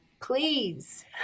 please